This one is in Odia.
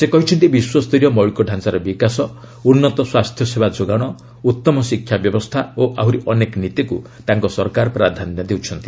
ସେ କହିଛନ୍ତି ବିଶ୍ୱସ୍ତରୀୟ ମୌଳିକ ଡ଼ାଞ୍ଚାର ବିକାଶ ଉନ୍ନତ ସ୍ୱାସ୍ଥ୍ୟସେବା ଯୋଗାଣ ଉତ୍ତମ ଶିକ୍ଷା ବ୍ୟବସ୍ଥା ଓ ଆହୁରି ଅନେକ ନୀତିକୁ ତାଙ୍କ ସରକାର ପ୍ରାଧାନ୍ୟ ଦେଉଛନ୍ତି